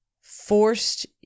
forced